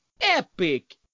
epic